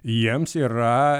jiems yra